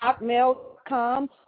Hotmail.com